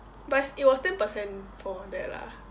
but it's it was ten percent for that lah